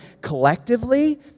collectively